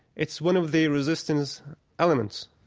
it's one of the resistance elements,